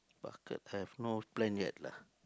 bucket have no plan yet lah